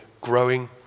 growing